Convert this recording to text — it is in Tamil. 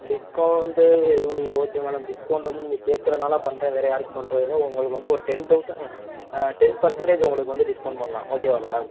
டிஸ்கௌண்ட்டு எதுவும் நீங்கள் ஓகே மேடம் டிஸ்கௌண்ட் வந்து நீங்கள் கேக்கறதுனால பண்றேன் வேறு யாருக்கும் பண்ணுறது இல்லை உங்களுக்கு வந்து ஒரு டென் தௌசண்ட் டென் ஃபர்சன்டேஜ் உங்களுக்கு வந்து டிஸ்கௌண்ட் பண்ணலாம் ஓகேவா மேடம்